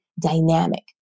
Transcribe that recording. dynamic